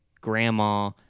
grandma